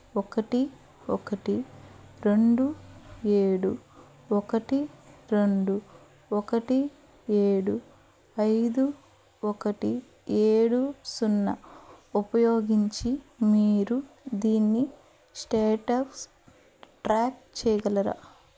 ఒకటి ఒకటి రెండు ఏడు ఒకటి రెండు ఒకటి ఏడు ఐదు ఒకటి ఏడు సున్నా ఉపయోగించి మీరు దీన్ని స్టేటస్ ట్రాక్ చేయగలరా